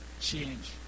change